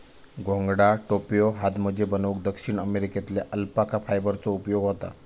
घोंगडा, टोप्यो, हातमोजे बनवूक दक्षिण अमेरिकेतल्या अल्पाका फायबरचो उपयोग होता